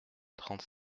trente